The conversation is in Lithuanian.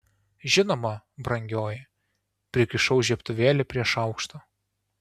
žinoma brangioji prikišau žiebtuvėlį prie šaukšto